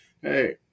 hey